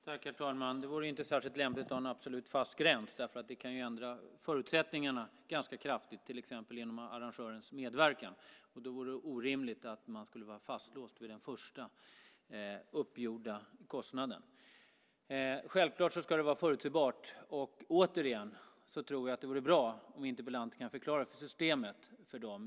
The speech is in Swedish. Herr talman! Det vore inte särskilt lämpligt att ha en absolut fast gräns. Det kan ju ändra förutsättningarna ganska kraftigt, till exempel genom arrangörens medverkan. Då vore det orimligt att man skulle vara fastlåst vid den första uppgjorda kostnaden. Självklart ska det vara förutsägbart. Återigen, jag tror att det vore bra om interpellanten kunde förklara systemet.